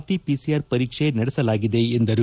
T P C R ಪರೀಕ್ಷೆ ನಡೆಸಲಾಗಿದೆ ಎಂದರು